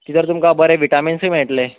तितुन तुमकां बरे विटामिन्सूय मेळटले